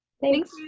Thanks